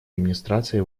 администрации